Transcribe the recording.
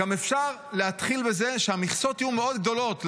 גם אפשר להתחיל בזה שהמכסות יהיו מאוד גדולות,